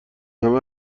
همه